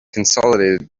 consolidated